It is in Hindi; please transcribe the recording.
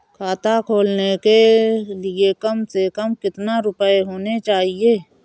खाता खोलने के लिए कम से कम कितना रूपए होने चाहिए?